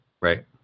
Right